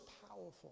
powerful